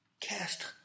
cast